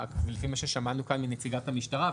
לפי מה ששמענו כאן מנציגת המשטרה,